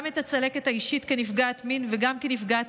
גם את הצלקת האישית כנפגעת מין וגם כנפגעת